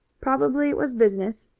probably it was business,